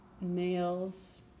males